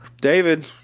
David